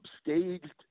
staged